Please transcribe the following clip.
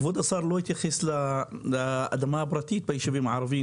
כבוד השר לא התייחס לאדמה הפרטית ביישובים הערביים.